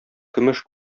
көмеш